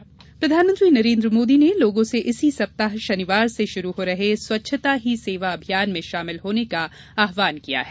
स्वच्छता अपील प्रधानमंत्री नरेन्द्र मोदी ने लोगों से इसी सप्ताह शनिवार से प्रारंभ हो रहे स्वच्छता ही सेवा अभियान में शामिल होने का आहवान किया है